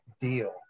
deal